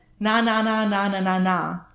Na-na-na-na-na-na-na